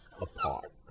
apart